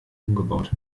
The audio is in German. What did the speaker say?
umgebaut